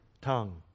tongue